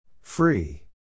Free